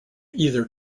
either